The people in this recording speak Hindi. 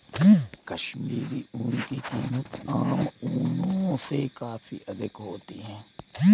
कश्मीरी ऊन की कीमत आम ऊनों से काफी अधिक होती है